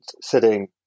sitting